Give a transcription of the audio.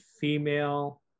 female